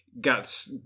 got